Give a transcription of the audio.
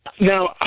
Now